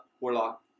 Warlock